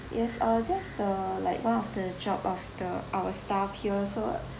yes uh that's the like one of job of the our staff here also